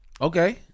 Okay